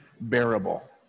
bearable